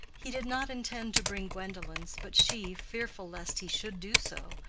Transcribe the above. he did not intend to bring gwendolen's, but she, fearful lest he should do so,